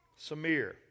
Samir